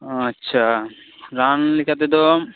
ᱟᱪᱪᱷᱟ ᱨᱟᱱ ᱞᱮᱠᱟ ᱛᱮᱫᱚ